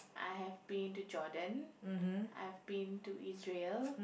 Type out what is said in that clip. I have been to Jordan I have been to Israel